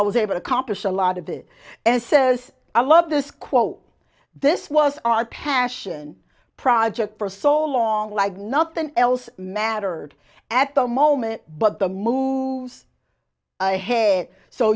i was able to accomplish a lot of this and says i love this quote this was our passion project for so long like nothing else mattered at the moment but the moves ahead so